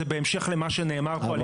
זה בהמשך למה שנאמר כאן.